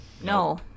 No